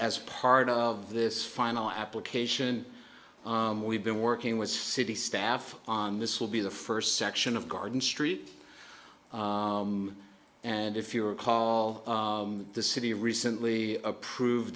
as part of this final application we've been working with city staff on this will be the first section of garden street and if you recall the city recently approved